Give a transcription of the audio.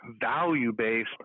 value-based